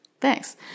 thanks